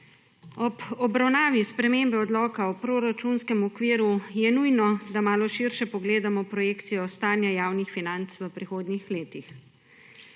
Ob obravnavi spremembe odloka o proračunskem okviru je nujno, da malo širše pogledamo projekcijo stanja javnih financ v prihodnjih letih.